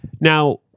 Now